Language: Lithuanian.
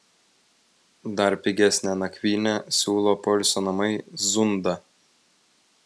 dar pigesnę nakvynę siūlo poilsio namai zunda